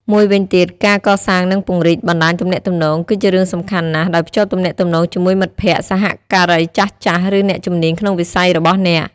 មួយវិញទៀត ការកសាងនិងពង្រីកបណ្ដាញទំនាក់ទំនង គឺជារឿងសំខាន់ណាស់ ដោយភ្ជាប់ទំនាក់ទំនងជាមួយមិត្តភក្តិ សហការីចាស់ៗ ឬអ្នកជំនាញក្នុងវិស័យរបស់អ្នក។